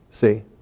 See